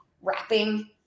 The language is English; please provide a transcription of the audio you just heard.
wrapping